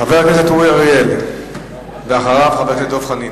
חבר הכנסת אורי אריאל, ואחריו, חבר הכנסת דב חנין.